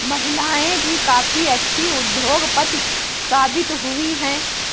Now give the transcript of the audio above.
महिलाएं भी काफी अच्छी उद्योगपति साबित हुई हैं